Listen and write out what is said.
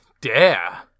Dare